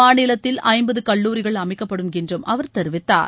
மாநிலத்தில் ஐம்பது கல்லூரிகள் அமைக்கப்படும் என்றும் அவர் தெரிவித்தார்